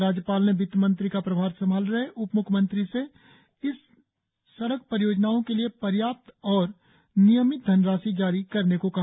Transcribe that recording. राज्यपाल ने वित्तमंत्री का पदभार संभाल रहे उप म्ख्यमंत्री से इस सड़क परियोजनाओं के लिए पर्याप्त और नियमित धनराशि जारी करने को कहा